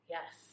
Yes